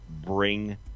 bring